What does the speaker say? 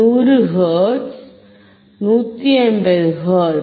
100 hertz 150 hertz